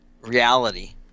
reality